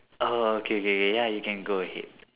oh okay okay okay ya you can go ahead